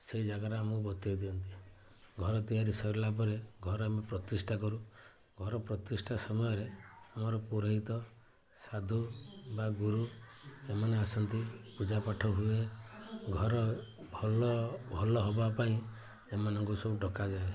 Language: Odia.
ସେଇ ଜାଗାରେ ଆମକୁ ବତେଇ ଦିଅନ୍ତି ଘର ତିଆରି ସରିଲା ପରେ ଘର ଆମେ ପ୍ରତିଷ୍ଠା କରୁ ଘର ପ୍ରତିଷ୍ଠା ସମୟରେ ଆମର ପୁରୋହିତ ସାଧୁ ବା ଗୁରୁ ଏମାନେ ଆସନ୍ତି ପୂଜାପାଠ ହୁଏ ଘର ଭଲ ଭଲ ହବାପାଇଁ ଏମାନଙ୍କୁ ସବୁ ଡକାଯାଏ